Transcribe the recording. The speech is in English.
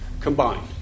combined